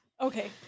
Okay